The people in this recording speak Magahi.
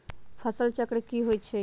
फसल चक्र की होई छै?